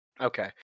Okay